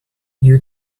you